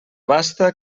basta